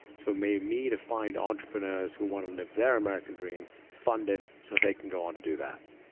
it's for me me to find entrepreneurs who want to live their american dream funded so they can go on to do that